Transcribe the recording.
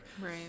right